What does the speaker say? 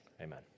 amen